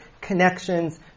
connections